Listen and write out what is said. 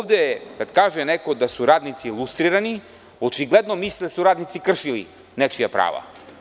Kada ovde neko kaže da su radnici lustrirani, očigledno misli da su radnici kršili nečija prava.